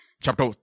Chapter